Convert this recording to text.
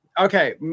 Okay